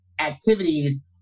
activities